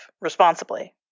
responsibly